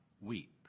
weep